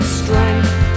strength